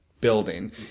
building